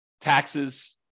taxes